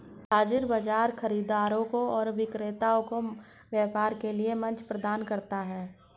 हाज़िर बाजार खरीदारों और विक्रेताओं को व्यापार के लिए मंच प्रदान करता है